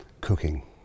cooking